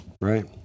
right